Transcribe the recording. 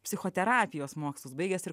psichoterapijos mokslus baigęs ir